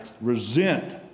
resent